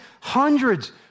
hundreds